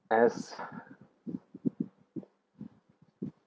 as